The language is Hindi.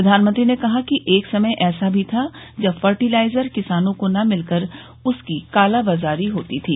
प्रधानमंत्री ने कहा कि एक समय ऐसा भी था जब फर्टिलाइजर किसानों को न मिलकर उसकी कालाबाजारी होती थी